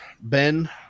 Ben